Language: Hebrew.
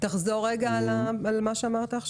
תחזור על מה שאמרת.